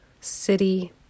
city